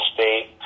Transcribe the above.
State